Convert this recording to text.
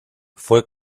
fue